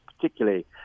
particularly